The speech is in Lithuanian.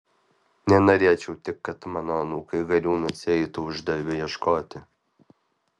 nenorėčiau tik kad mano anūkai gariūnuose eitų uždarbio ieškoti